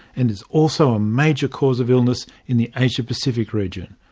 and is also a major cause of illness in the asia-pacific region.